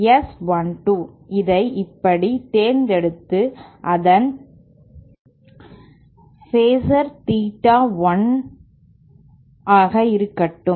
S 1 2 இதை இப்படி தேர்ந்தெடுத்து அதன் ஃபேஸர் தீட்டா 1 ஆக இருக்கட்டும்